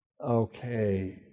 Okay